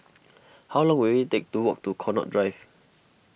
how long will it take to walk to Connaught Drive